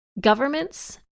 governments